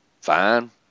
fine